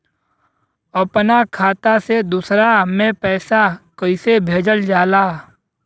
अपना खाता से दूसरा में पैसा कईसे भेजल जाला?